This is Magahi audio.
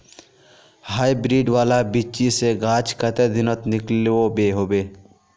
हाईब्रीड वाला बिच्ची से गाछ कते दिनोत निकलो होबे?